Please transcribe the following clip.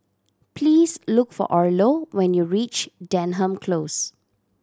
please look for Orlo when you reach Denham Close